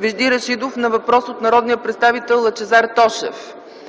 Вежди Рашидов на въпрос от народния представител Лъчезар Тошев;